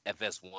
FS1